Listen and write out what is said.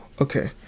Okay